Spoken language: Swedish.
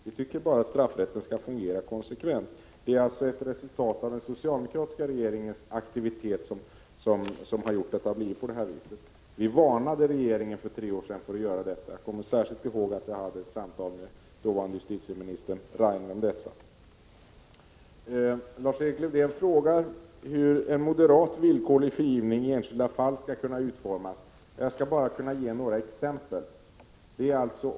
Vi tycker bara att straffrätten skall fungera konsekvent. Det är alltså ett resultat av den socialdemokratiska regeringens aktivitet att det har blivit på det här viset. Vi varnade för tre år sedan regeringen för att arbeta på detta sätt. Jag kommer särskilt ihåg att jag hade ett samtal med dåvarande justitieminister Rainer härom. Lars-Erik Lövdén frågar hur en moderat villkorlig frigivning i enskilda fall skall kunna utformas. Jag skall bara ge några exempel.